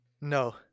No